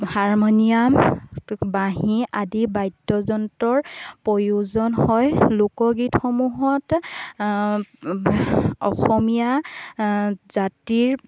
harmonium বাঁহী আদি বাদ্যযন্ত্ৰৰ প্ৰয়োজন হয় লোকগীতসমূহত অসমীয়া জাতিৰ